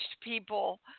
people